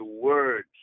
words